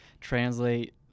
translate